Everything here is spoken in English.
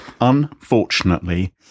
unfortunately